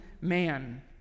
man